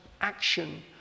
action